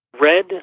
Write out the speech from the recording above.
red